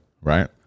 right